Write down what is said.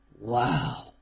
Wow